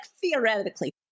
theoretically